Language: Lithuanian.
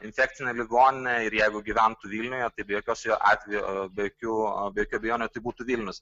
infekcinę ligoninę ir jeigu gyventų vilniuje tai be jokios jo atvejo be jokių abejonių be jokių abejonių tai būtų vilnius